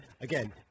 Again